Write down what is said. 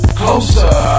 closer